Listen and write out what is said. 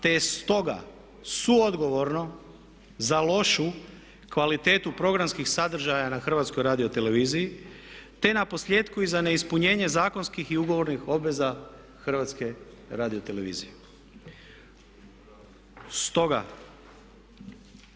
Te je stoga suodgovorno za lošu kvalitetu programskih sadržaja na HRT-u, te na posljetku i za neispunjenje zakonskih i ugovornih obveza HRT-a.